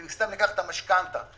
אם לקחת משכנתה,